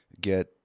get